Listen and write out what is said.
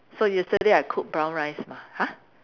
so yesterday I cooked brown rice lah !huh!